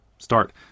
start